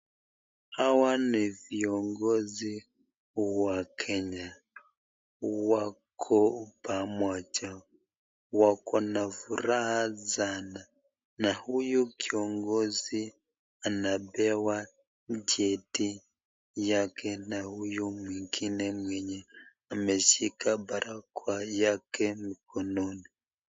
Hawa ni viongozi wa kenya , wako pamoja, wakona furaha sana na huyu na huyu kiongizi anapewa cheti yake na huyu na huyu mwingine mwenye ameshika barakoa yake mkononi.